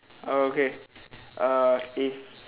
uh okay uh if